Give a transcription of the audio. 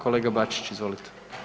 Kolega Bačić, izvolite.